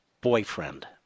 boyfriend